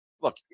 look